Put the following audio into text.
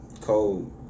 Cold